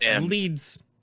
leads